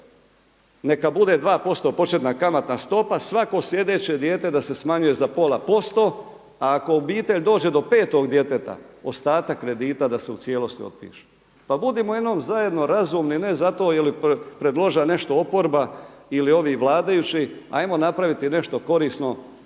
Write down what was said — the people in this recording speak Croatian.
neka bude 2% početna kamatna stopa, svako slijedeće dijete da se smanjuje za pola posto, a ako obitelj dođe do petog djeteta ostatak kredita da se u cijelosti otpiše. Pa budimo jednom zajedno razumni ne zato jer je predložila nešto oporba ili ovi vladajući, ajmo napraviti nešto korisno